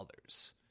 others